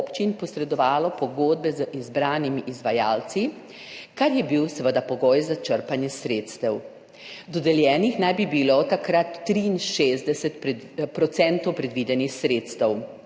občin posredovalo pogodbe z izbranimi izvajalci, kar je bil seveda pogoj za črpanje sredstev. Dodeljenih naj bi bilo takrat 63 % predvidenih sredstev,